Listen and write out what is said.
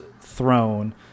throne